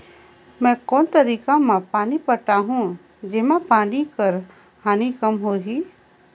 मैं कोन तरीका म पानी पटाहूं जेमा पानी कर हानि कम होही?